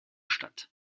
statt